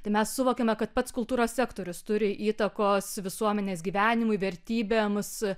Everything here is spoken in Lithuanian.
tai mes suvokėme kad pats kultūros sektorius turi įtakos visuomenės gyvenimui vertybėms